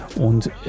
Und